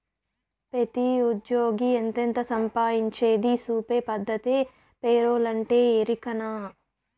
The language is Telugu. పెతీ ఉజ్జ్యోగి ఎంతెంత సంపాయించేది సూపే పద్దతే పేరోలంటే, ఎరికనా